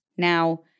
Now